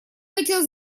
хотел